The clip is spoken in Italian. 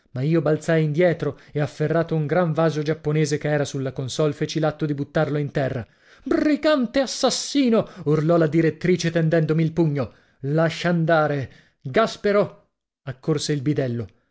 ma io balzai indietro e afferrato un gran vaso giapponese che era sulla consolle feci l'atto di buttarlo in terra brigante assassino urlò la direttrice tendendomi il pugno lascia andare gaspero accorse il bidello